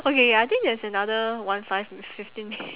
okay ya I think there's another one five fifteen m~